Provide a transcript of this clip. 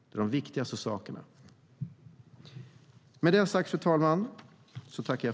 Det är de viktigaste sakerna.